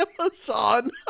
Amazon